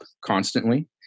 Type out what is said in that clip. constantly